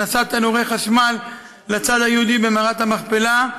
הכנסת תנורי חשמל לצד היהודי במערת המכפלה,